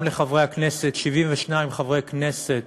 גם לחברי הכנסת, 72 חברי כנסת